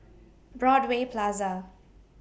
Broadway Plaza